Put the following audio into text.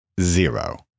Zero